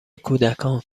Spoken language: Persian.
کودکان